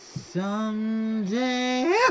Someday